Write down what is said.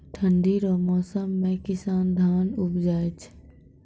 ठंढी रो मौसम मे किसान धान उपजाय छै